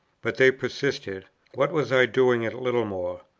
but they persisted what was i doing at littlemore?